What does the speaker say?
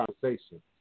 conversation